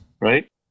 Right